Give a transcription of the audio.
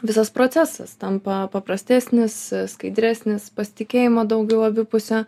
visas procesas tampa paprastesnis skaidresnis pasitikėjimo daugiau abipusio